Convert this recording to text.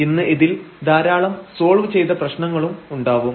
ഇന്ന് ഇതിൽ ധാരാളം സോൾവ് ചെയ്ത പ്രശ്നങ്ങളും ഉണ്ടാവും